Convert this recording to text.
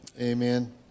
Amen